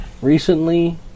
Recently